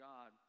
God